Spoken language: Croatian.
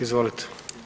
Izvolite.